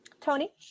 Tony